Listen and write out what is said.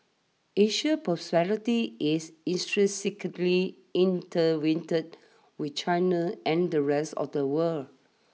Asia's prosperity is intrinsically intertwined with China's and the rest of the world